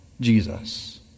Jesus